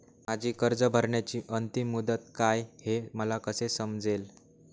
माझी कर्ज भरण्याची अंतिम मुदत काय, हे मला कसे समजेल?